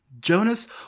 Jonas